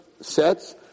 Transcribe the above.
sets